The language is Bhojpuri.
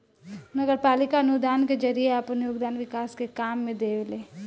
नगरपालिका अनुदान के जरिए आपन योगदान विकास के काम में देवेले